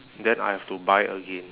then I have to buy again